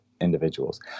individuals